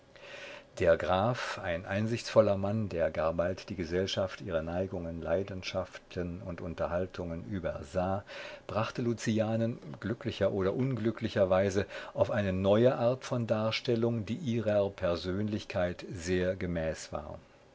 der graf ein einsichtsvoller mann der gar bald die gesellschaft ihre neigungen leidenschaften und unterhaltungen übersah brachte lucianen glücklicher oder unglücklicherweise auf eine neue art von darstellung die ihrer persönlichkeit sehr gemäß war